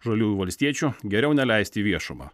žaliųjų valstiečių geriau neleisti į viešumą